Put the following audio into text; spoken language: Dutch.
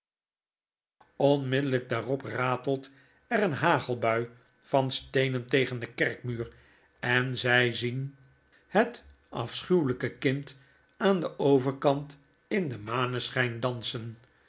onmiddellyk daarop ratelt er een hagelbui van steenen tegen den kerkmuur en zij zien het afschuwelyke kind aan den overkant in den maneschyn dansen